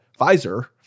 Pfizer